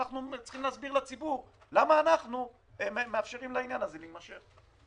ואנחנו צריכים להסביר לציבור למה אנחנו מאפשרים לעניין הזה להימשך.